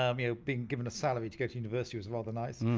um yeah being given a salary to go to university was rather nice.